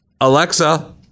alexa